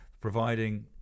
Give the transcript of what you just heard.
providing